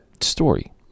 story